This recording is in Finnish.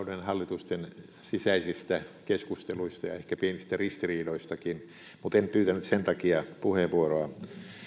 hallitusten sisäisistä keskusteluista ja ehkä pienistä ristiriidoistakin mutta en pyytänyt sen takia puheenvuoroa